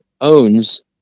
owns